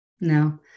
No